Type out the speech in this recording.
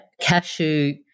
cashew